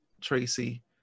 Tracy